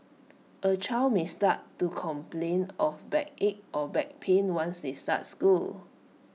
A child may start to complain of backache or back pain once they start school